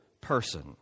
person